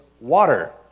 water